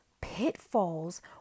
pitfalls